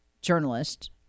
journalist